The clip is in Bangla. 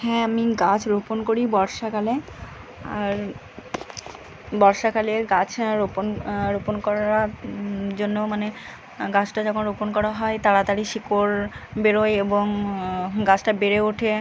হ্যাঁ আমি গাছ রোপণ করি বর্ষাকালে আর বর্ষাকালে গাছ রোপণ রোপণ করার জন্য মানে গাছটা যখন রোপণ করা হয় তাড়াতাড়ি শিকড় বেরোয় এবং গাছটা বেড়ে ওঠে